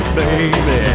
baby